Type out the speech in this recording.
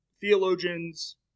theologians